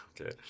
Okay